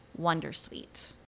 Wondersuite